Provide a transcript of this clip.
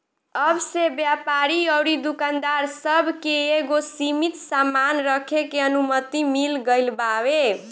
अब से व्यापारी अउरी दुकानदार सब के एगो सीमित सामान रखे के अनुमति मिल गईल बावे